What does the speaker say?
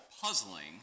puzzling